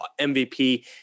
MVP